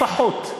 לפחות.